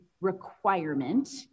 requirement